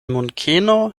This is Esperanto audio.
munkeno